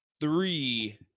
three